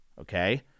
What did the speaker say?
Okay